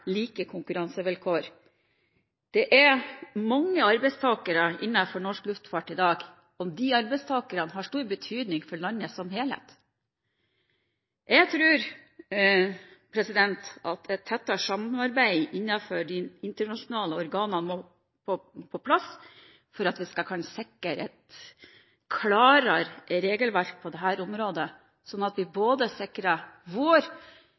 like konkurransevilkår. Det er mange arbeidstakere innenfor norsk luftfart i dag, og disse arbeidstakerne har stor betydning for landet som helhet. Jeg tror at et tettere samarbeid innenfor de internasjonale organene må på plass for at vi skal kunne sikre et klarere regelverk på dette området, sånn at vi både sikrer vår